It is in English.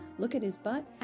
lookathisbutt